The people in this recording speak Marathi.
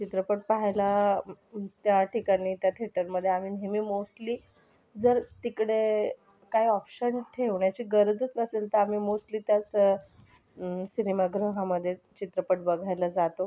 चित्रपट पहायला त्या ठिकाणी त्या थेटरमध्ये आमी नेहमी मोस्टली जर तिकडे काय ऑप्शन ठेवण्याची गरजच नसेल तर आम्ही मोस्टली त्याच सिनेमागृहामध्ये चित्रपट बघायला जातो